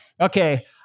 okay